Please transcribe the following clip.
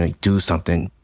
ah do something,